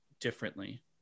differently